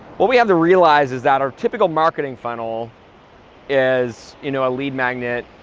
what we have to realize is that our typical marketing funnel is you know a lead magnet,